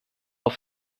auf